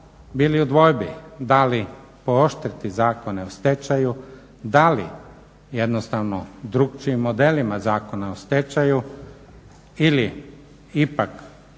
bili u dvojbi da li pooštriti Zakone o stečaju, da li jednostavno drugačijim modelima Zakona o stečaju ili ipak